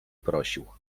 prosił